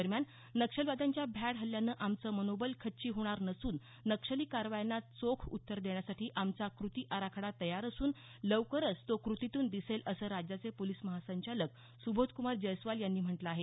दरम्यान नक्षलवाद्यांच्या भ्याड हल्यानं आमचं मनोबल खच्ची होणार नसून नक्षली कारवायांना चोख उत्तर देण्यासाठी आमचा कृती आराखडा तयार असून लवकरच तो कृतीतून दिसेल असं राज्याचे पोलिस महासंचालक सुबोधक्मार जैस्वाल यांनी म्हटलं आहे